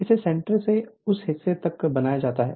इसे सेंटर से उस हिस्से तक बनाया जाता है